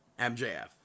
MJF